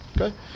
okay